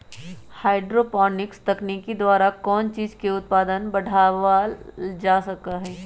hydroponics तकनीक द्वारा कौन चीज के उत्पादन बढ़ावल जा सका हई